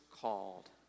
called